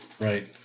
right